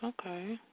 Okay